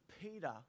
Peter